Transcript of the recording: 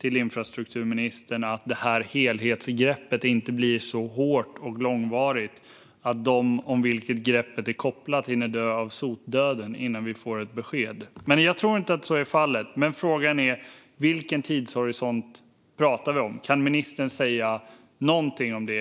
till infrastrukturministern är egentligen att detta helhetsgrepp inte ska bli så hårt och långvarigt att de, om vilket greppet är kopplat, hinner dö sotdöden innan vi får ett besked. Jag tror inte att så blir fallet, men frågan är: Vilken tidshorisont pratar vi om? Kan ministern säga någonting om det?